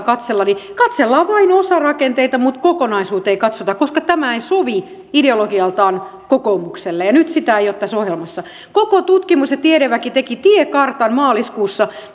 katsella niin katsellaan vain osarakenteita mutta kokonaisuutta ei katsota koska tämä ei sovi ideologialtaan kokoomukselle ja nyt sitä ei ole tässä ohjelmassa koko tutkimus ja tiedeväki teki tiekartan maaliskuussa